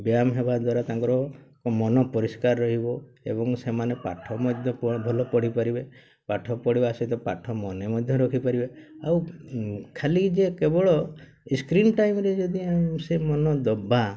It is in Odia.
ବ୍ୟାୟାମ ହେବା ଦ୍ୱାରା ତାଙ୍କର ମନ ପରିଷ୍କାର ରହିବ ଏବଂ ସେମାନେ ପାଠ ମଧ୍ୟ ଭଲ ପଢ଼ିପାରିବେ ପାଠ ପଢ଼ିବା ସହିତ ପାଠ ମନେ ମଧ୍ୟ ରଖିପାରିବେ ଆଉ ଖାଲି ଯେ କେବଳ ସ୍କ୍ରିନ୍ ଟାଇମ୍ରେ ଯଦି ସେ ମନ ଦେବା